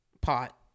pot